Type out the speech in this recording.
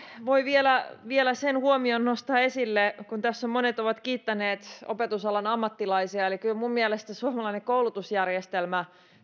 voi vielä sen huomion nostaa esille kun tässä monet ovat kiittäneet opetusalan ammattilaisia että kyllä minun mielestäni suomalainen koulutusjärjestelmä